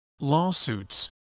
lawsuits